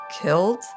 killed